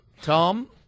Tom